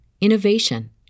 innovation